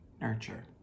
nurture